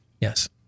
Yes